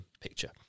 picture